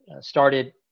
started